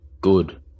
good